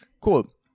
Cool